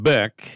Beck